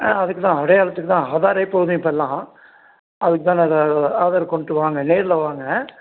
ஆ அதுக்குதான் அடையாளத்துக்குதான் ஆதாரே போதும் இப்பெல்லாம் அதுக்குதான் நான் இதை ஆதார் கொண்டுட்டு வாங்க நேரில் வாங்க